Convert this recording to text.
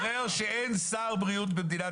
מסתבר שאין שר בריאות במדינת